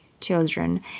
children